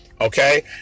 okay